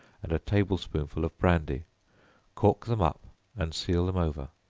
and a table-spoonful of brandy cork them up and seal them over.